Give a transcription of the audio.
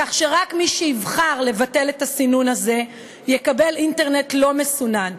כך שרק מי שיבחר לבטל את הסינון הזה יקבל אינטרנט לא מסונן.